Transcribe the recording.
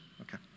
Okay